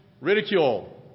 Ridicule